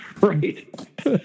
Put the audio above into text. right